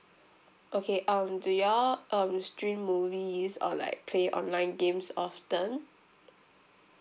okay um do you all um stream movies or like play online games often